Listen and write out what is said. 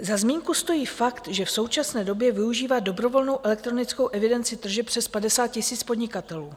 Za zmínku stojí fakt, že v současné době využívá dobrovolnou elektronickou evidenci tržeb přes 50 000 podnikatelů.